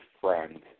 friend